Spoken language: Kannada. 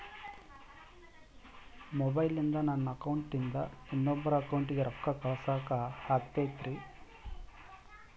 ಮೊಬೈಲಿಂದ ನನ್ನ ಅಕೌಂಟಿಂದ ಇನ್ನೊಬ್ಬರ ಅಕೌಂಟಿಗೆ ರೊಕ್ಕ ಕಳಸಾಕ ಆಗ್ತೈತ್ರಿ?